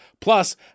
plus